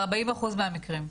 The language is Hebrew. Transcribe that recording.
ב-40 אחוז מהמקרים.